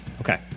Okay